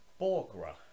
Borgra